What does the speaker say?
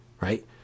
right